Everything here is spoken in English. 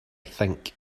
think